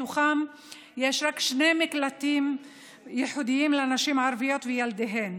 מתוכם יש רק שני מקלטים ייעודיים לנשים ערביות וילדיהן,